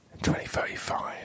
2035